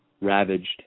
ravaged